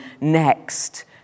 next